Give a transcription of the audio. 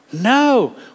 No